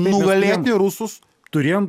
nugalėti rusus turėjom